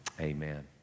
amen